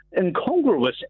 incongruous